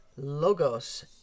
Logos